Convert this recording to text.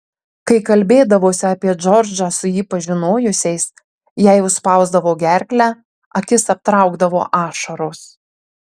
kai kalbėdavosi apie džordžą su jį pažinojusiais jai užspausdavo gerklę akis aptraukdavo ašaros